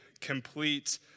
complete